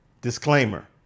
disclaimer